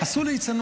קחו בחשבון.